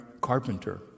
carpenter